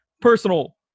personal